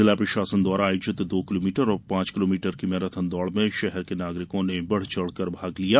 जिला प्रशासन द्वारा आयोजित दो किलोमीटर और पांच किलोमीटर की मैराथन दौड़ में ॅशहर के नागरिको ने बढ़ चढ़कर भाग लिया